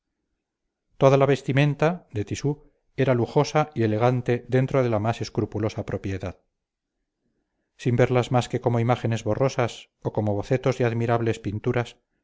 toda la vestimenta de tisú era lujosa y elegante dentro de la más escrupulosa propiedad sin verlas más que como imágenes borrosas o como bocetos de admirables pinturas